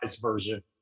version